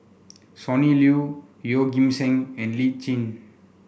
Sonny Liew Yeoh Ghim Seng and Lee Tjin